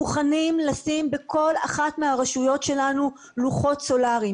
מוכנים לשים בכל אחת מהרשויות שלנו לוחות סולריים,